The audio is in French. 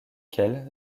quelles